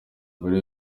mbere